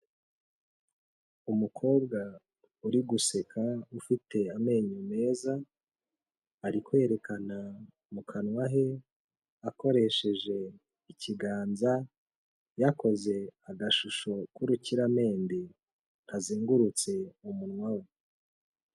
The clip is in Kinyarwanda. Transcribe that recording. Umukobwa uri guseka ufite amenyo meza ari kwerekana mu kanwa he akoresheje ikiganza yakoze agashusho k'urukiramende kazengurutse umunwa we.